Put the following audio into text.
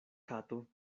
kato